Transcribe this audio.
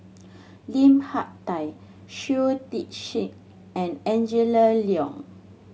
Lim Hak Tai Shui Tit Sing and Angela Liong